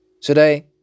Today